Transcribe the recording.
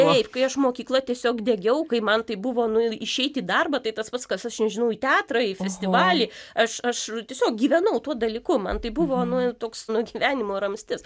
taip kai aš mokykla tiesiog degiau kai man tai buvo nu ir išeiti į darbą tai tas pats kas aš nežinau į teatrą į festivalį aš aš tiesiog gyvenau tuo dalyku man tai buvo nu toks nu gyvenimo ramstis